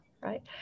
right